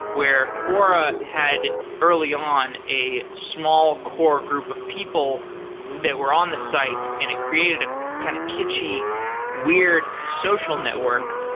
where quora had, early on, a small core group of people that were on the site and it created a kind of kitschy weird social network.